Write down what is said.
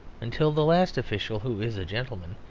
until the last official, who is a gentleman,